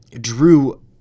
drew